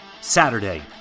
Saturday